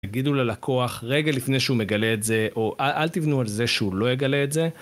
תגידו ללקוח רגע לפני שהוא מגלה את זה, או אל תבנו על זה שהוא לא יגלה את זה.